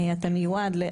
אתה מיועד ל...